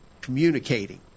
communicating